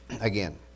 Again